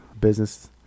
business